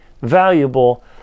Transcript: valuable